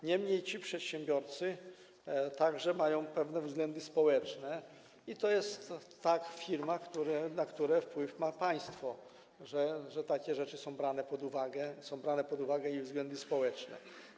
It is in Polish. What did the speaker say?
Niemniej ci przedsiębiorcy także mają pewne względy społeczne i tak jest w firmach, na które wpływ ma państwo, że takie rzeczy są brane pod uwagę, tj. są brane pod uwagę także względy społeczne.